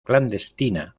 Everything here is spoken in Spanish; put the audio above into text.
clandestina